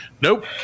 nope